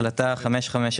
את החלטת הממשלה מספר 717?